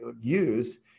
use